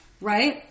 right